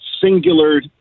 singular